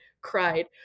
cried